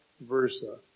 versa